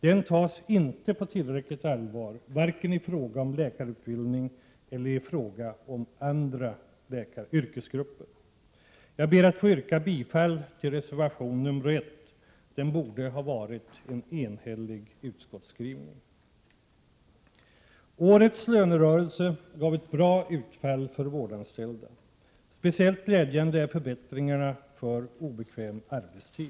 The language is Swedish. Den tas inte på tillräckligt allvar, varken i fråga om läkarutbildning eller i fråga om andra yrkesgrupper. Jag ber att få yrka bifall till reservation 1. Den borde ha varit en enhällig utskottsskrivning. Årets lönerörelse gav ett bra utfall för vårdanställda. Speciellt glädjande är förbättringarna för obekväm arbetstid.